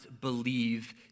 believe